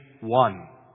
one